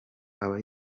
aba